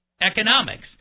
economics